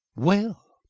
well,